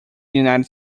united